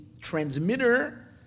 transmitter